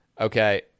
Okay